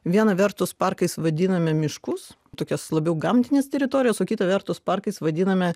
viena vertus parkais vadiname miškus tokias labiau gamtines teritorijas o kita vertus parkais vadiname